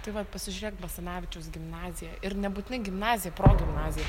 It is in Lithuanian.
tai vat pasižiūrėk basanavičiaus gimnaziją ir nebūtinai gimnaziją progimnaziją